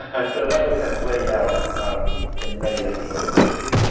and so that was kind of played out um in many different ways, actually.